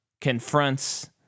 confronts